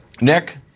Nick